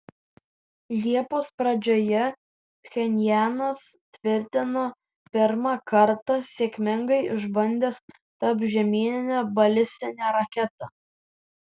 liepos pradžioje pchenjanas tvirtino pirmą kartą sėkmingai išbandęs tarpžemyninę balistinę raketą